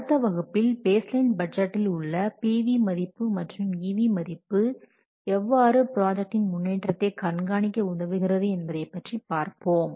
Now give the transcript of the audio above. அடுத்த வகுப்பில் baseline பட்ஜெட்டில் உள்ள PV மதிப்பு மற்றும்EV மதிப்பு எவ்வாறு ப்ராஜெக்ட்டின் முன்னேற்றத்தை கண்காணிக்க உதவுகிறது என்பதை பற்றி பார்ப்போம்